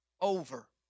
over